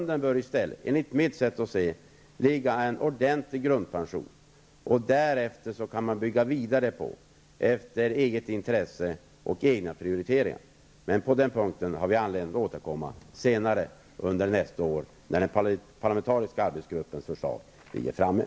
Det bör i stället ligga en ordentlig grundpension i botten. Den kan man därefter bygga vidare på efter eget intresse och egna prioriteringar. På den punkten har vi anledning att återkomma senare under nästa år när den parlamentariska arbetsgruppens förslag är färdigt.